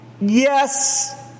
yes